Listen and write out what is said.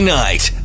night